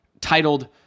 titled